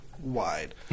wide